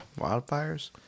wildfires